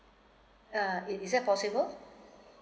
uh is is that possible